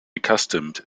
accustomed